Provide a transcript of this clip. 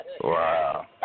Wow